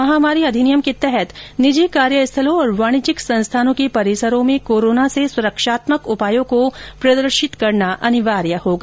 महामारी अधिनियम के तहत निजी कार्य स्थलों और वाणिज्यिक संस्थानों के परिसरों में कोरोना से सुरक्षात्मक उपायों को प्रदर्शित करना अनिवार्य होगा